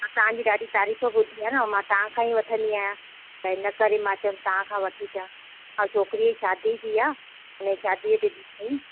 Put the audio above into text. तव्हांजी ॾाढी तारीफ़ ॿुधी आहे न ऐं मां तव्हां खां ई वठंदी आहियां त इनकरे मां चयमि तव्हां खां वठी अचां ऐं छोकिरीअ जी शादी बि आहे अने शादीअ में